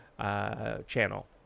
channel